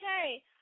Okay